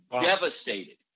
Devastated